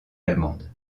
allemande